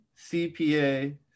CPA